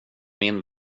min